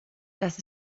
das